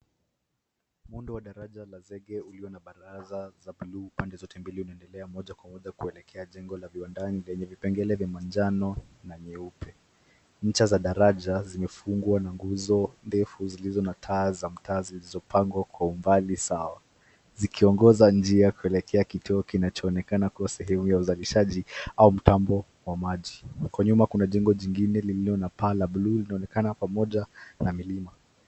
Muundo wa daraja la zege ulio na baraza za blue pande zote mbili unaendelea moja kwa moja kuelekea jengo la viwandani lenye vipengele vya manjano na nyeupe. Ncha za daraja zimefungwa na nguzo ndefu zilizo na taa za mtaa zilizopangwa kwa umbali sawa. zikiongoza njia kuelekea kituo kinachoonekana kuwa sehemu ya uzalishaji au mtambo wa maji. Kwa nyuma kuna jengo jingine lililo na paa la blue linaonekana pamoja na milima.